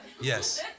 Yes